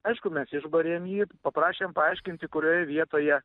aišku mes išbarėm jį paprašėm paaiškinti kurioje vietoje